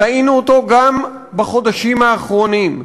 ראינו אותו גם בחודשים האחרונים.